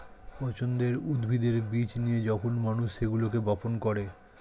পছন্দের উদ্ভিদের বীজ নিয়ে যখন মানুষ সেগুলোকে বপন করে